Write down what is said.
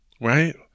Right